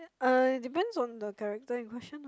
uh it depends on the character in question ah